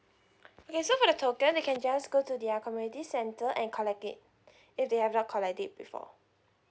okay so for the token they can just go to their community centre and collect it if they have not collect it before